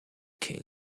king